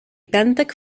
benthic